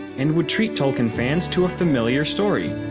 and would treat tolkien fans to a familiar story.